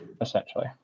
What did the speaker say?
essentially